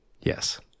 Yes